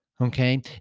okay